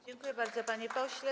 Dziękuję bardzo, panie pośle.